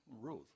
Ruth